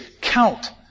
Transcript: Count